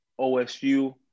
OSU